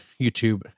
YouTube